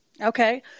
Okay